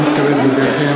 הנני מתכבד להודיעכם,